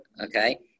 Okay